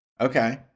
Okay